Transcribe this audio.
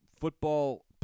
football